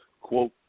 quote